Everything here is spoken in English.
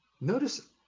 Notice